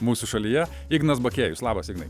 mūsų šalyje ignas bakėjus labas ignai